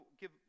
give